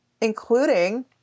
including